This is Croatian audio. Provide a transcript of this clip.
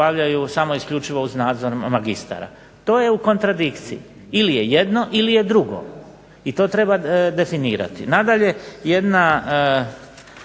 obavljaju samo isključivo uz nadzor magistara. To je u kontradikciji, ili je jedno ili je drugo i to treba definirati. Nadalje, jedna